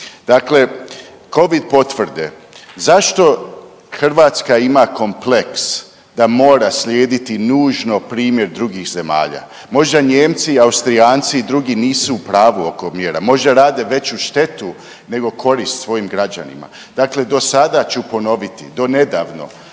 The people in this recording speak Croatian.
Dakle, covid potvrde, zašto Hrvatska ima kompleks da mora slijediti nužno primjer drugih zemalja, možda Nijemci, Austrijanci i drugi nisu u pravu oko mjera, možda rade veću štetu nego korist svojim građanima. Dakle, do sada ću ponoviti, do nedavno